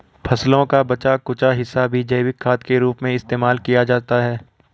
फसलों का बचा कूचा हिस्सा भी जैविक खाद के रूप में इस्तेमाल किया जाता है